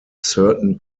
certain